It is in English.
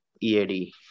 EAD